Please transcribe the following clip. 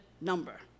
number